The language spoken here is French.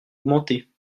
augmenter